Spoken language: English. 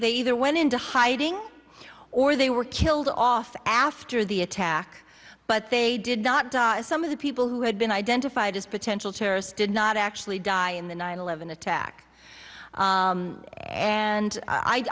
r went into hiding or they were killed off after the attack but they did not do some of the people who had been identified as potential terrorists did not actually die in the nine eleven attack and